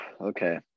okay